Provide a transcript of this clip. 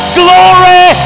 glory